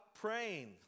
praying